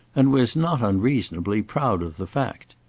and was, not unreasonably, proud of the fact.